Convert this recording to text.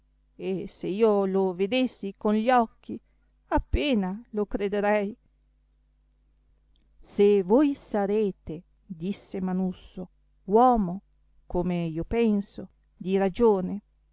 e se io lo vedessi con gli occhi appena lo crederei se voi sarete disse manusso uomo come io penso di ragione